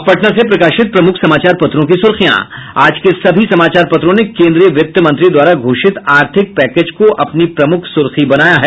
अब पटना से प्रकाशित प्रमुख समाचार पत्रों की सुर्खियां आज के सभी समाचार पत्रों ने केन्द्रीय वित्त मंत्री द्वारा घोषित आर्थिक पैकेज को अपनी प्रमुख सुर्खी बनाया है